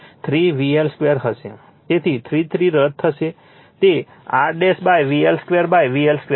તેથી 3 3 રદ થશે તે R VL2 VL2 હશે